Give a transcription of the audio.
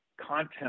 content